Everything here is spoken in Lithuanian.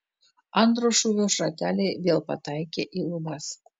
antro šūvio šrateliai vėl pataikė į lubas